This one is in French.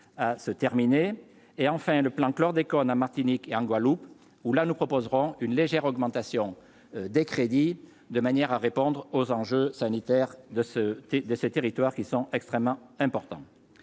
à se terminer et enfin le plan chlordécone en Martinique et en Guadeloupe, où là, nous proposerons une légère augmentation des crédits, de manière à répondre aux enjeux sanitaires de ce de ces territoires qui sont extrêmement importants,